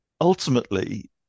ultimately